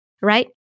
right